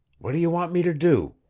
what do you want me to do?